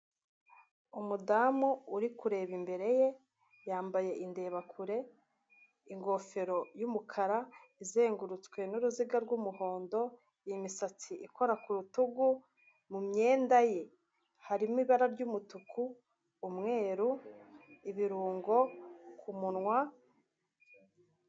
Umudamu uri kureba imbere ye yambaye indeba kure ingofero y'umukara izengurutswe nuruziga rw'umuhondo, imisatsi ikora ku rutugu mu myenda ye hari ibara ry'umutuku umweru ibirungo kumunwa.